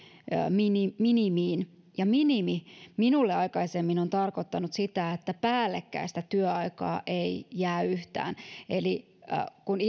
minimiin minimiin minimi on aikaisemmin tarkoittanut minulle sitä että päällekkäistä työaikaa ei jää yhtään eli kun